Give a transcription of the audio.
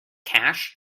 cash